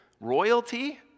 Royalty